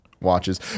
Watches